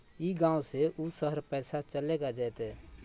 ई गांव से ऊ शहर पैसा चलेगा जयते?